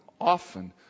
often